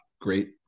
great